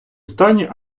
стані